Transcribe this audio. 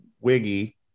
wiggy